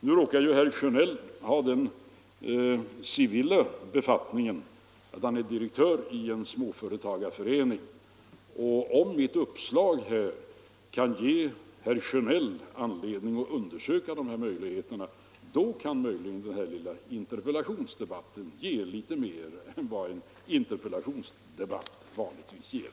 Nu råkar ju herr Sjönell ha den ”civila” befattningen att han är direktör i en småföretagarförening, och om mitt uppslag ger herr Sjönell anledning att undersöka dessa möjligheter kan den här lilla interpellationsdebatten eventuellt ge litet mer än vad en interpellationsdebatt vanligtvis ger.